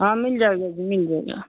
हाँ मिल जाएगा जी मिल जाएगा